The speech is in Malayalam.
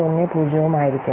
10 ഉം ആയിരിക്കും